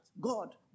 God